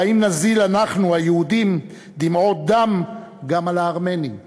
והאם נזיל אנחנו היהודים דמעות דם גם על הארמנים.